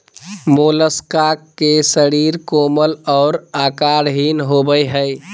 Mollusca के शरीर कोमल और आकारहीन होबय हइ